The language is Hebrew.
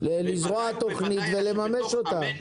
לזרוע תוכנית ולממש אותה.